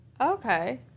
Okay